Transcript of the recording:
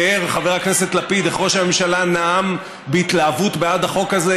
תיאר חבר הכנסת לפיד איך ראש הממשלה נאם בהתלהבות בעד החוק זה,